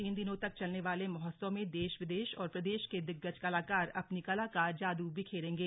तीन दिनों तक चलने वाले महोत्सव में देश विदेश और प्रदेश के दिग्गज कलाकार अपनी कला का जादू बिखेरेंगे